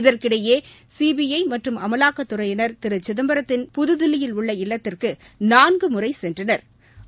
இதற்கிடையே சிபிஐ மற்றும் அமலாக்கத்துறையினா் திரு சிதம்பரத்தின் புதுதில்லியில் உள்ள இல்லத்திற்கு நான்கு முறை சென்றனா்